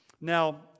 Now